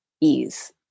ease